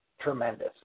tremendous